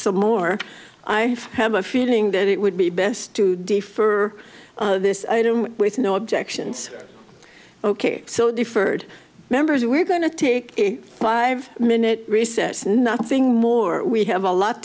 some more i have a feeling that it would be best to defer this item with no objections ok so deferred members we're going to take a five minute recess nothing more we have a lot